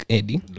Eddie